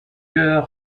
chœur